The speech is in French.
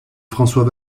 françois